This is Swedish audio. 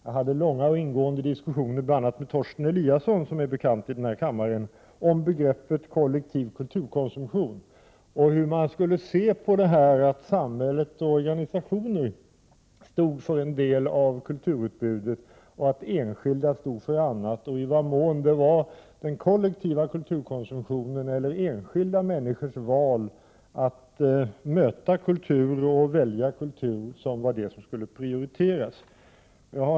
Jag hade långa och ingående diskussioner med bl.a. Torsten Eliasson, som torde vara bekant i denna kammare, om begreppet kollektiv kulturkonsumtion och om hur man skulle se på det här att samhället och organisationer stod för en del av kulturutbudet och att enskilda stod för annat och i vad mån det var den kollektiva kulturkonsumtionen eller enskilda människors val att möta kultur och välja kultur som var det som skulle prioriteras.